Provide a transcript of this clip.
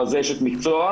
אבל זה אשת מקצוע.